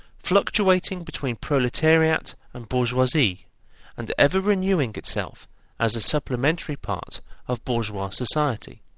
fluctuating between proletariat and bourgeoisie and ever renewing itself as a supplementary part of bourgeois society.